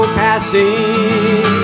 passing